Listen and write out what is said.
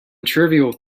trivial